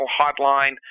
hotline